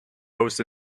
hosts